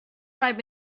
five